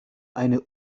eine